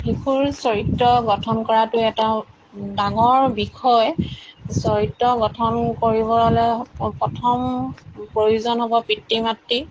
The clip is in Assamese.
শিশুৰ চৰিত্ৰ গঠন কৰাতো এটা ডাঙৰ বিষয় চৰিত্ৰ গঠন কৰিবলৈ প্ৰথম প্ৰয়োজন হ'ব পিতৃ মাতৃ